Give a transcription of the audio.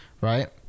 right